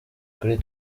kuri